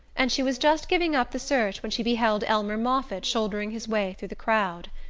and she was just giving up the search when she beheld elmer moffatt shouldering his way through the crowd.